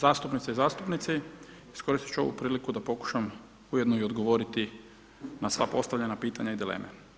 Zastupnice i zastupnici iskoristiti ću ovu priliku da pokušam, ujedno i odgovoriti na sva postavljena pitanja i dileme.